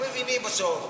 לא מבינים בסוף.